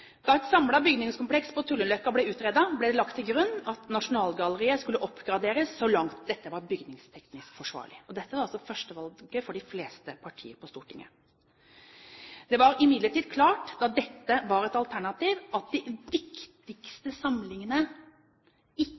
Da et samlet bygningskompleks på Tullinløkka ble utredet, ble det lagt til grunn at Nasjonalgalleriet skulle oppgraderes så langt dette var bygningsteknisk forsvarlig. Dette var altså førstevalget for de fleste partiene på Stortinget. Det var imidlertid klart da dette var et alternativ, at de viktigste samlingene ikke skulle stilles ut i